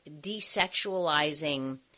desexualizing